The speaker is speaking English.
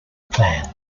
plans